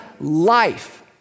life